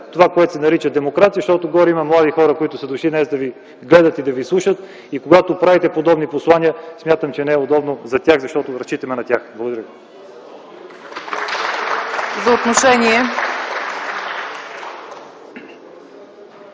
това, което се нарича демокрация, защото горе има млади хора, които са дошли днес да ви гледат и да ви слушат. Когато правите подобни послания, смятам, че не е удобно за тях, защото разчитаме на тях. Благодаря ви.